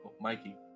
Mikey